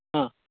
ಹಾಂ